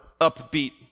upbeat